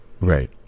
Right